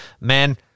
Man